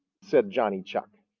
said johnny chuck.